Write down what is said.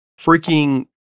freaking